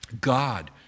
God